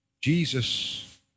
Jesus